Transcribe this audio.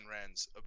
Rand's